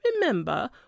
remember